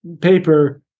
paper